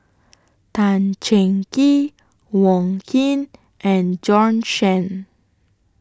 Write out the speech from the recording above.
Tan Cheng Kee Wong Keen and Bjorn Shen